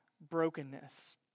brokenness